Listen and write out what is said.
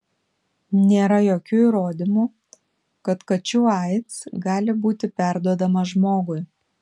nėra jokių įrodymų kad kačių aids gali būti perduodamas žmogui